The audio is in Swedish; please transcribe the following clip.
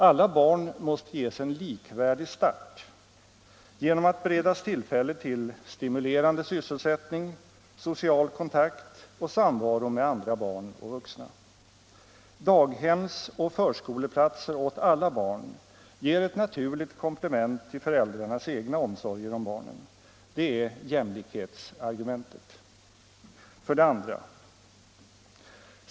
Alla barn måste ges en likvärdig start genom att beredas tillfälle till stimulerande sysselsättning, social kontakt och samvaro med andra barn och vuxna. Daghemsoch förskoleplatser åt alla barn ger ett naturligt komplement till föräldrarnas egna omsorger om barnen. Det är jämlikhetsargumentet. 2.